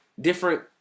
different